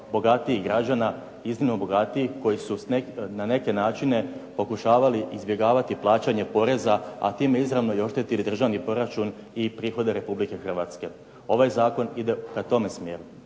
bogatijih građana, iznimno bogatijih koji su na neke načine pokušavali izbjegavati plaćanje poreza, a time izravno oštetili državni proračun i prihode Republike Hrvatske. Ovaj zakon ide prema tome smjeru.